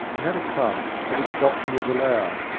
he had a club at which boxing was allowed,